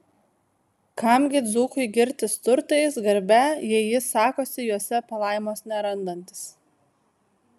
kam gi dzūkui girtis turtais garbe jei jis sakosi juose palaimos nerandantis